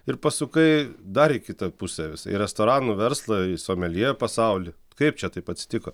ir pasukai dar į kitą pusę visai į restoranų verslą į someljė pasaulį kaip čia taip atsitiko